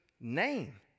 name